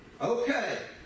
Okay